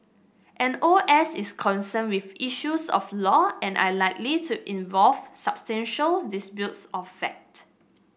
an O S is concerned with issues of law and unlikely to involve substantial disputes of fact